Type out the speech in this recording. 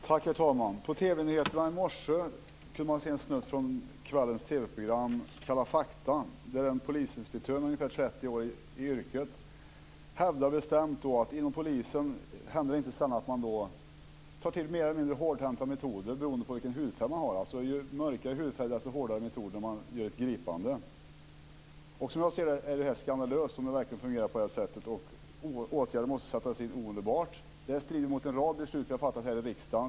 Herr talman! På TV-nyheterna i morse kunde man se en snutt från kvällens TV-program Kalla fakta. Där hävdar en polisinspektör med ungefär 30 år i yrket bestämt att det inom polisen inte sällan händer att man tar till mer hårdhänta metoder beroende på vilken hudfärg den person har som blir föremål för ett gripande, alltså ju mörkare hudfärg, desto hårdare metoder. Som jag ser det är det skandalöst om det verkligen fungerar på det här sättet. Åtgärder måste sättas in omedelbart. Det här strider mot en rad beslut som vi har fattat här i riksdagen.